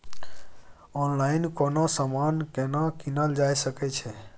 Online कोनो समान केना कीनल जा सकै छै?